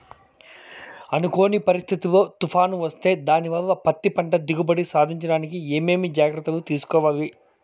అనుకోని పరిస్థితుల్లో తుఫాను వస్తే దానివల్ల పత్తి పంట దిగుబడి సాధించడానికి ఏమేమి జాగ్రత్తలు తీసుకోవాలి?